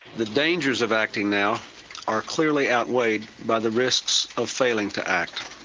the dangers of acting now are clearly outweighed by the risks of failing to act,